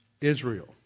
Israel